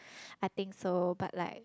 I think so but like